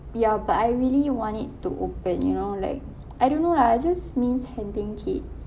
ya but I really want it to open you know like I don't know lah I just miss handling kids